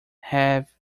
have